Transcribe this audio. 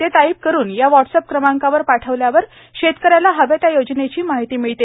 ते टाईप करून या व्हाटस्अॅप क्रमांकावर पाठविल्यावर शेतकऱ्याला हव्या त्या योजनेची माहिती मिळते